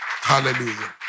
Hallelujah